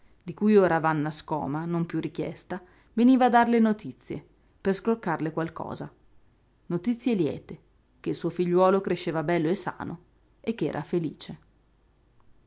di cui ora vanna scoma non piú richiesta veniva a darle notizie per scroccarle qualcosa notizie liete che il suo figliuolo cresceva bello e sano e che era felice